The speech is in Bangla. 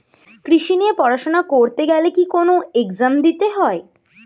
কৃষি নিয়ে পড়াশোনা করতে গেলে কি কোন এগজাম দিতে হয়?